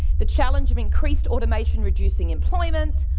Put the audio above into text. the challenge of increased automation reducing employment,